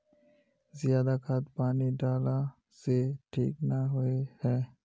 ज्यादा खाद पानी डाला से ठीक ना होए है?